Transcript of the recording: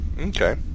Okay